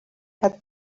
had